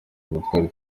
ubutwari